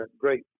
great